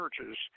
churches